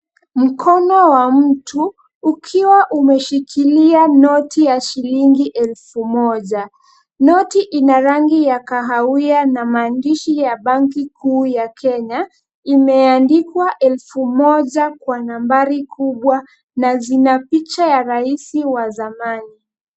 Mkono wa mtu ukiwa umeshikilia noti ya shilingi elfu moja. Noti ina rangi ya kahawia na maandishi ya banki kuu ya Kenya, imeandikwa elfu moja kwa nambari kubwa na zina picha ya rais wa zamani.